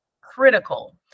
critical